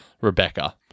Rebecca